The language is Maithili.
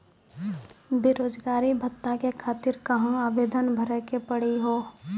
बेरोजगारी भत्ता के खातिर कहां आवेदन भरे के पड़ी हो?